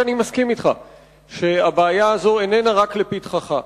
שאני מסכים אתך שהבעיה הזאת איננה רק לפתחך.